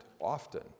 often